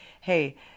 Hey